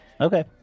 Okay